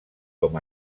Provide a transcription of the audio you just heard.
com